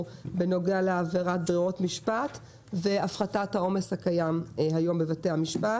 בנוגע לעבירת ברירות משפט והפחתת העומס הקיים היום בבתי המשפט.